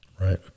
Right